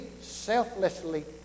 selflessly